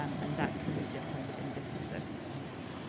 um and that can be different in different circumstances.